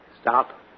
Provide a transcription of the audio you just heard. Stop